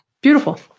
Beautiful